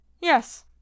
Yes